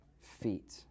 feet